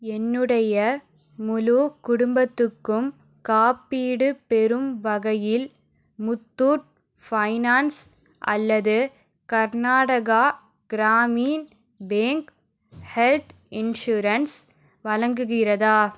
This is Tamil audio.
என்னுடைய முழு குடும்பத்துக்கும் காப்பீடு பெறும் வகையில் முத்தூட் ஃபைனான்ஸ் அல்லது Karnataka Grameen bank health insurance வழங்குகிறதா